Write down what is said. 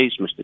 Mr